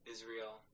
Israel